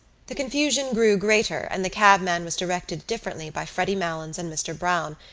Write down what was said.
the confusion grew greater and the cabman was directed differently by freddy malins and mr. browne,